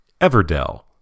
Everdell